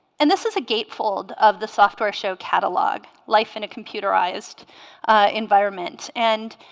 and this is a gatefold of the software show catalog life in a computerized environment and